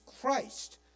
Christ